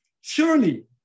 Surely